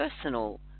personal